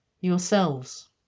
yourselves